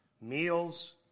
Meals